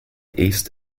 east